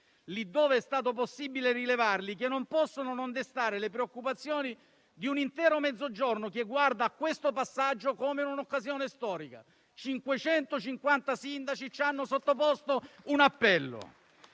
laddove è stato possibile rilevarli, che non possono non destare le preoccupazioni di un intero Mezzogiorno che guarda a questo passaggio come un'occasione storica: 550 sindaci ci hanno sottoposto un appello.